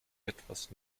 etwas